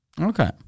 Okay